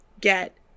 get